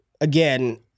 again